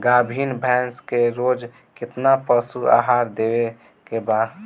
गाभीन भैंस के रोज कितना पशु आहार देवे के बा?